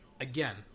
Again